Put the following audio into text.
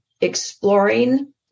exploring